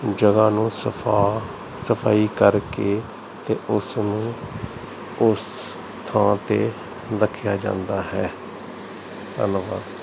ਜਗ੍ਹਾ ਨੂੰ ਸਫਾ ਸਫਾਈ ਕਰਕੇ ਅਤੇ ਉਸ ਨੂੰ ਉਸ ਥਾਂ 'ਤੇ ਰੱਖਿਆ ਜਾਂਦਾ ਹੈ ਧੰਨਵਾਦ